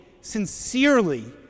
sincerely